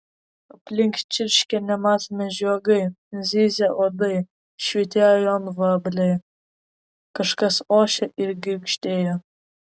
aplink čirškė nematomi žiogai zyzė uodai švytėjo jonvabaliai kažkas ošė ir girgždėjo